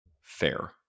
fair